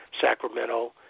Sacramento